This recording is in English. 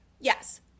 Yes